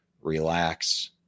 relax